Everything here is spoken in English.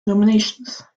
nominations